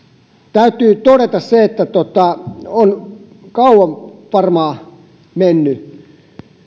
täytyy todeta se että on kauan varmaan mennyt